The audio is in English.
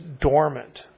dormant